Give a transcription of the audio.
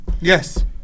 Yes